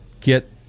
get